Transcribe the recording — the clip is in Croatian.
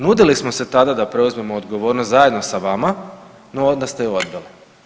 Nudili smo se tada da preuzmemo odgovornost zajedno sa vama, no onda ste ju odbili.